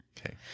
Okay